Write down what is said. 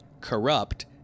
Corrupt